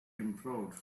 improved